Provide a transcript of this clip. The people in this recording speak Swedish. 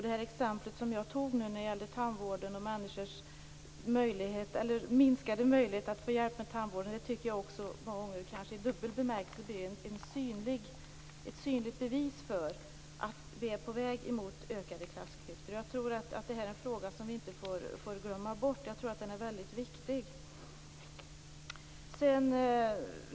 Det exempel som jag tog upp med tandvården och människors minskade möjlighet att få hjälp med denna tycker jag många gånger - kanske i dubbel bemärkelse - blir ett synligt bevis för att vi är på väg mot ökade klassklyftor. Jag tror att det här är en fråga som vi inte får glömma bort. Jag tror att den är väldigt viktig.